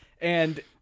and-